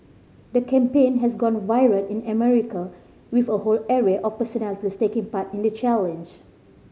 the campaign has gone viral in America with a whole array of personalities taking part in the challenge